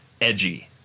edgy